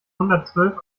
hundertzwölf